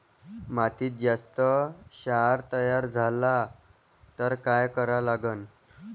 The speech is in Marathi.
मातीत जास्त क्षार तयार झाला तर काय करा लागन?